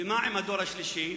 ומה עם הדור השלישי?